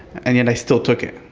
and yet i still took it.